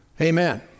Amen